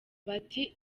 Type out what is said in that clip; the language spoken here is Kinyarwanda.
bati